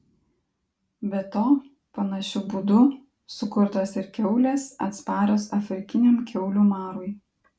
be to panašiu būdu sukurtos ir kiaulės atsparios afrikiniam kiaulių marui